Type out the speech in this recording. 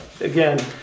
Again